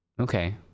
Okay